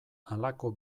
halako